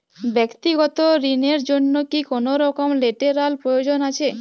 ব্যাক্তিগত ঋণ র জন্য কি কোনরকম লেটেরাল প্রয়োজন আছে?